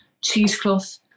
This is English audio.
cheesecloth